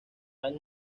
han